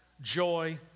joy